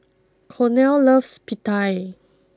Cornel loves Pita